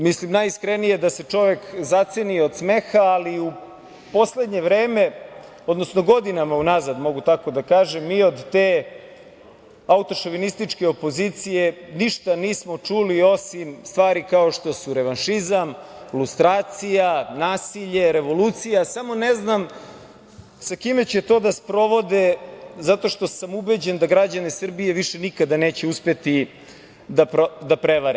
Mislim najiskrenije, da se čovek zaceni od smeha, ali u poslednje vreme, odnosno godinama unazad, mogu tako da kažem, mi od te autošovinističke opozicije ništa nismo čuli, osim stvari kao što su revanšizam, lustracija, nasilje, revolucija, samo ne znam sa kime će to da sprovode, zato što sam ubeđen da građani Srbije više nikada neće uspeti da prevare.